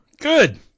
Good